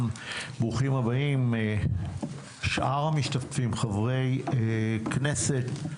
ברוכים הבאים, יחד עם שאר המשתתפים וחברי הכנסת.